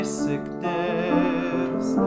sickness